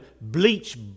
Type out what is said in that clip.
bleach